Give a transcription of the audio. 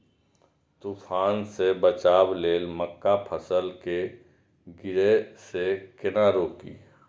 तुफान से बचाव लेल मक्का फसल के गिरे से केना रोकी?